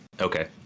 okay